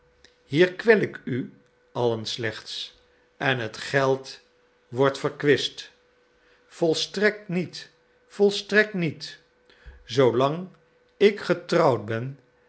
hier kwel ik u allen slechts en het geld wordt verkwist volstrekt niet volstrekt niet zoo lang ik getrouwd ben